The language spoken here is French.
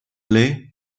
lai